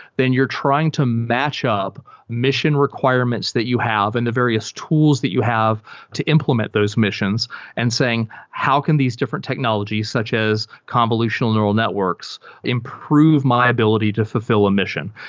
then you're trying to match up mission requirements that you have and the various tools that you have to implement those missions and saying, how can these different technologies, such as convolutional neural networks, improve my ability to fulfi ll a mission?